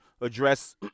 address